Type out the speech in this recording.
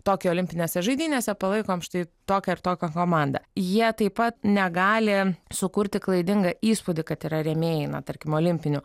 tokijo olimpinėse žaidynėse palaikom štai tokią ir tokią komandą jie taip pat negali sukurti klaidingą įspūdį kad yra rėmėjai na tarkim olimpinių